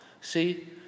See